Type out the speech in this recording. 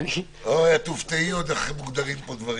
את תופתעי עוד איך מוגדרים פה דברים.